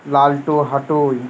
লালটু হাটুই